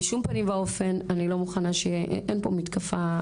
בשום פנים ואופן אני לא מוכנה, אין פה מתקפה.